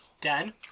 Dan